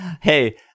Hey